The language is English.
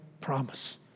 promise